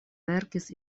verkis